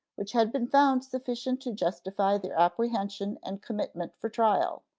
which had been found sufficient to justify their apprehension and commitment for trial,